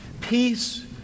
Peace